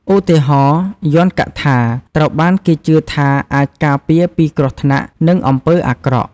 ឧទាហរណ៍ យ័ន្តកថា ត្រូវបានគេជឿថាអាចការពារពីគ្រោះថ្នាក់ និងអំពើអាក្រក់។